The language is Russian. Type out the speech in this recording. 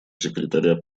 секретаря